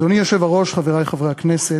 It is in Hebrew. אדוני היושב-ראש, חברי חברי הכנסת,